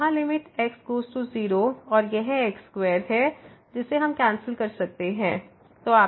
तो यहाँ limit x goes to 0 और यह x2 है जिसे हम कैंसिल कर सकते हैं